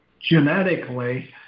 genetically